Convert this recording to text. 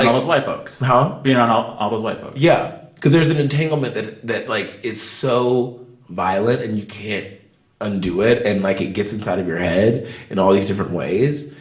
and those white folks huh? being around all all those white folks yeah. because there's an entanglement that, like, is so violent and you can't undo it. and, like, it gets inside of your head in all these different ways.